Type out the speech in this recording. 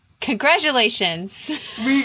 congratulations